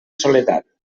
soledat